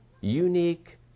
unique